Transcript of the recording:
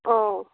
औ